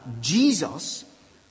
Jesus